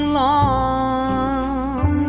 long